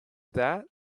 that